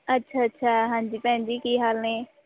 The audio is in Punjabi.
ਅੱਛਾ ਅੱਛਾ ਹਾਂਜੀ ਭੈਣ ਜੀ ਕੀ ਹਾਲ ਨੇ